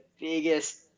biggest